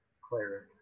cleric